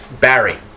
Barry